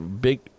big